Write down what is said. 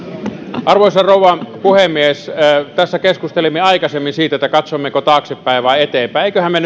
arvoisa rouva puhemies tässä keskustelimme aikaisemmin siitä katsommeko taaksepäin vai eteenpäin emmeköhän me